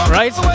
right